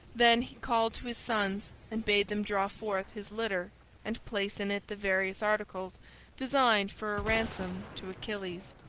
then he called to his sons and bade them draw forth his litter and place in it the various articles designed for a ransom to achilles.